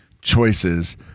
choices